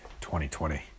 2020